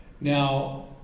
Now